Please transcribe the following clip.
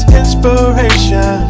inspiration